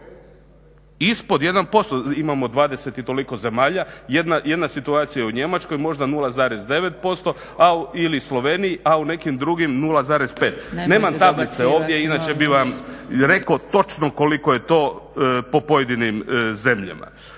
Ispod 1%, imamo 20 i toliko zemalja. Jedna situacija je u Njemačkoj možda 0,9% ili Sloveniji, a u nekim drugim 0,5. Nemam tablice ovdje inače bi vam rekao točno koliko je to po pojedinim zemljama.